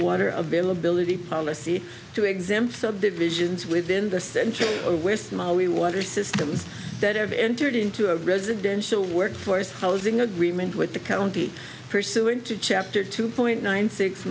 water availability policy to exempt subdivisions within the century where small we water systems that have entered into a residential workforce housing agreement with the county pursuant to chapter two point nine six